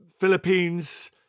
Philippines